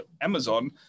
Amazon